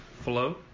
flow